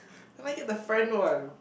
can I get the friend one